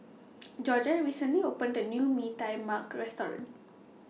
Georgette recently opened A New Mee Tai Mak Restaurant